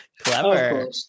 Clever